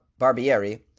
Barbieri